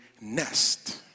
nest